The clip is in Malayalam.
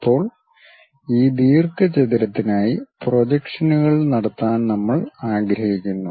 ഇപ്പോൾ ഈ ദീർഘചതുരത്തിനായി പ്രൊജക്ഷനുകൾ നടത്താൻ നമ്മൾ ആഗ്രഹിക്കുന്നു